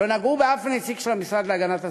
לא נגעו בשום נציג של המשרד להגנת הסביבה,